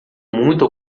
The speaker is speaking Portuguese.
muito